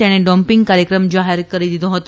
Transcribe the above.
તેણે ડોપિંગ કાર્યક્રમ જાહેર કરી દીધો હતો